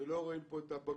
ולא רואים פה את הבגרות.